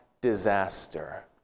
disaster